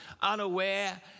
unaware